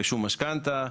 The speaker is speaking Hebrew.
רישום משכנתא,